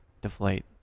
deflate